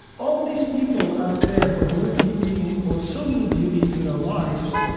all these people out there who have no beauty or so little beauty in their lives,